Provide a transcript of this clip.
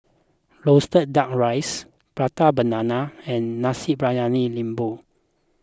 Roasted Duck Rice Prata Banana and Nasi Briyani Lembu